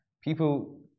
people